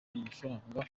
amafaranga